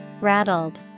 Rattled